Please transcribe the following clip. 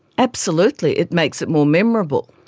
absolutely, it makes it more memorable,